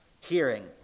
hearing